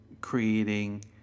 creating